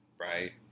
right